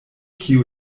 kiu